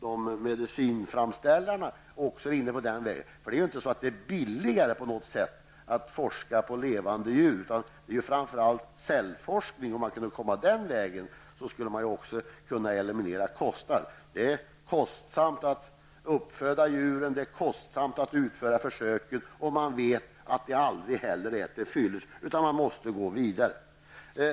Det är ju inte på något sätt billigare att använda djur i forskning. Om det gick att använda cellforskning, skulle kostnaderna kunna elimieras. Det är kostsamt att uppföda djur och att utföra försök. Dessutom är det aldrig heller till fyllest, utan man måste gå vidare.